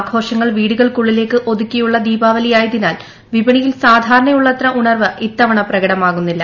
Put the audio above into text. ആഘോഷങ്ങൾ വീടുകൾക്കുള്ളിലേക്ക് ഒതുക്കിയുള്ള ദീപാവലിയായതിനാൽ വിപണിയിൽ സാധാരണയുള്ളത്ര ഉണർവ് ഇത്തവണ പ്രകടമാകുന്നില്ല